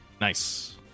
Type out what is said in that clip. Nice